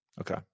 Okay